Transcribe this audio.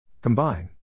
Combine